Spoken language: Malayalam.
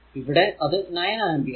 ഇവിടെ അത് 9 ആമ്പിയർ